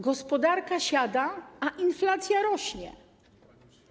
Gospodarka siada, a inflacja rośnie.